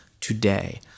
today